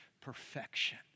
perfection